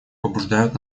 побуждают